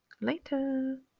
Later